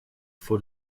for